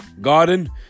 Garden